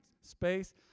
space